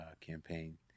campaign